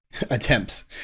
attempts